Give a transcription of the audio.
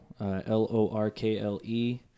L-O-R-K-L-E